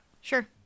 Sure